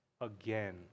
again